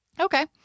Okay